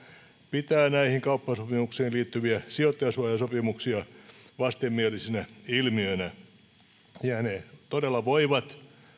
pitää näihin kauppasopimuksiin liittyviä sijoittajasuojasopimuksia vastenmielisenä ilmiönä ne todella voivat